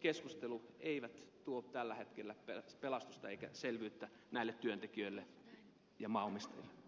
keskustelu eivät tuo tällä hetkellä pelastusta eikä selvyyttä näille työntekijöille ja maanomistajille